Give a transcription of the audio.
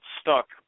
stuck